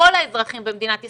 כל האזרחים במדינת ישראל.